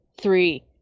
three